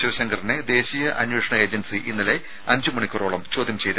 ശിവശങ്കറിനെ ദേശീയ അന്വേഷണ ഏജൻസി ഇന്നലെ അഞ്ച് മണിക്കൂറോളം ചോദ്യം ചെയ്തു